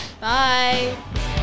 Bye